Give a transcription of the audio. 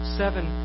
seven